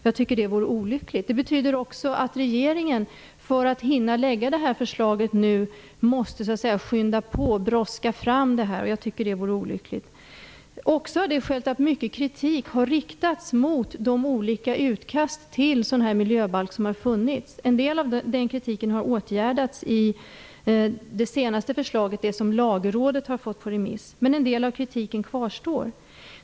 Jag tycker att det vore olyckligt. Det betyder också att regeringen måste skynda på och brådska fram förslaget för att hinna lägga fram det nu. Det vore olyckligt. Ett annat skäl är att mycket kritik har riktats mot de olika utkast till miljöbalk som har funnits. En del av den kritiken har åtgärdats i det senaste förslaget, det som Lagrådet har fått på remiss, men en del av kritiken kvarstår.